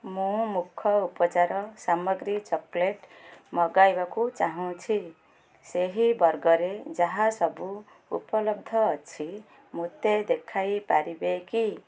ମୁଁ ମୁଖ ଉପଚାର ସାମଗ୍ରୀ ଚକୋଲେଟ୍ ମଗାଇବାକୁ ଚାହୁଁଛି ସେହି ବର୍ଗରେ ଯାହା ସବୁ ଉପଲବ୍ଧ ଅଛି ମୋତେ ଦେଖାଇପାରିବେ କି